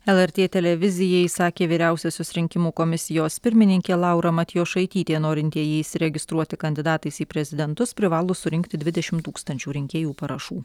lrt televizijai sakė vyriausiosios rinkimų komisijos pirmininkė laura matjošaitytė norintieji įsiregistruoti kandidatais į prezidentus privalo surinkti dvidešimt tūkstančių rinkėjų parašų